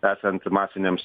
esant masinėms